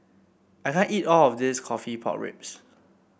I can't eat all of this coffee Pork Ribs